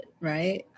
right